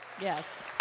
yes